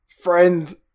friend